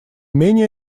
менее